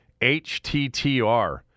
HTTR